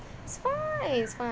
it's fine it's fine